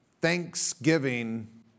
Thanksgiving